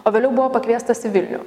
o vėliau buvo pakviestas į vilnių